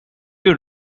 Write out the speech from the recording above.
you